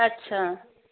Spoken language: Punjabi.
ਅੱਛਾ